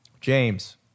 James